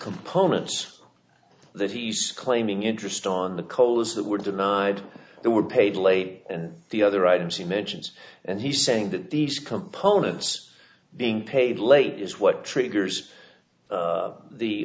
components that he's claiming interest on the coals that were denied they were paid late and the other items he mentions and he's saying that these components being paid late is what triggers